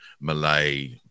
Malay